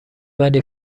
ولی